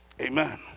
Amen